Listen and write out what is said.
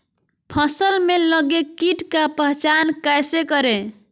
फ़सल में लगे किट का पहचान कैसे करे?